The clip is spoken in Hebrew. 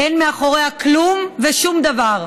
אין מאחוריה כלום ושום דבר.